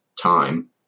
time